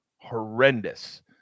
horrendous